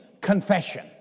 confession